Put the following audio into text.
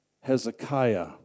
Hezekiah